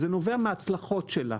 זה נובע מההצלחות שלה.